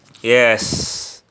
yes